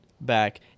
back